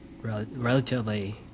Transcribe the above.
relatively